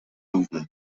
movement